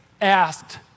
asked